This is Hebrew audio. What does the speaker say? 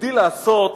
הגדיל לעשות,